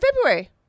February